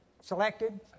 selected